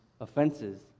offenses